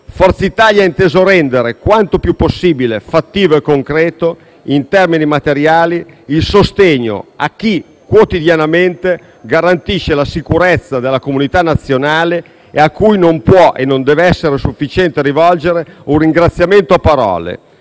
Forza Italia ha inteso rendere quanto più possibile fattivo e concreto, in termini materiali, il sostegno a chi quotidianamente garantisce la sicurezza della comunità nazionale e a cui non può e non deve essere sufficiente rivolgere un ringraziamento a parole